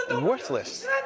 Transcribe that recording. worthless